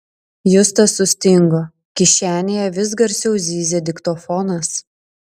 justas sustingo kišenėje vis garsiau zyzė diktofonas